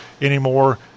anymore